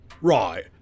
Right